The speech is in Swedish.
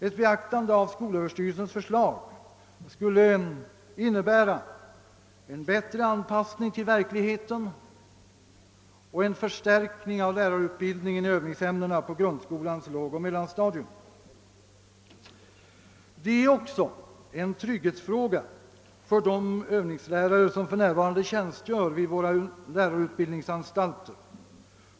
Ett beaktande av skolöverstyrelsens förslag skulle innebära en bättre anpassning till verkligheten och en förstärkning av lärarutbildningen i övningsämnena på grundskolans lågoch mellanstadium. Detta är också en trygghetsfråga för de övningslärare som för närvarande tjänstgör vid = lärarutbildningsanstalterna.